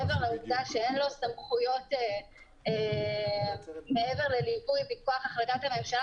מעבר לעובדה שאין לו סמכויות מעבר לליווי מכח החלטת הממשלה,